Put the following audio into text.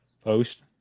post